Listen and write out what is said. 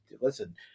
listen